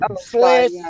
slash